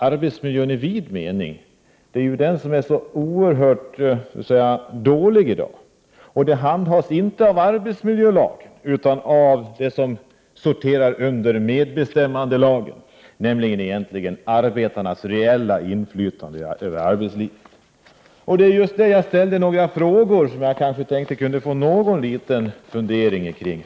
Arbetsmiljön i vid mening är ju så oerhört dålig i dag, och den omfattas inte av arbetsmiljölagen utan sorterar under medbestämmandelagen. Det handlar nämligen egentligen om arbetarnas reella inflytande över arbetslivet. Jag ställde några frågor som jag tänkte att jag kunde få höra några funderingar kring.